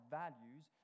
values